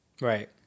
Right